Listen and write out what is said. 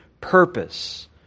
purpose